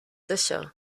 sicher